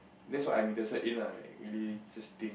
that's what I'm interested in lah like really just think